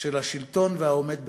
של השלטון ושל העומד בראשו.